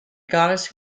goddess